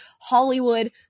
Hollywood